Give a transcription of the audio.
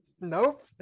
Nope